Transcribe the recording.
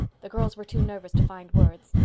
the girls were too nervous to find words,